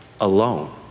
alone